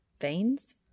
Veins